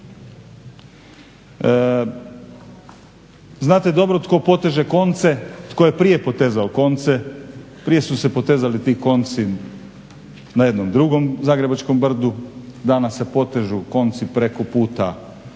tko dobro tko poteže konce, tko je prije potezao konce. Prije su se potezali konci na jednom drugom zagrebačkom brdu, danas se potežu konci preko puta